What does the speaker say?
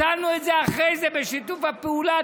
הצלנו את זה אחרי זה בשיתוף הפעולה.